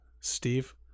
Steve